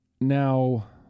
Now